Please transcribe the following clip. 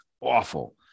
awful